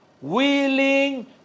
Willing